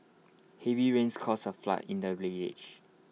heavy rains caused A flood in the village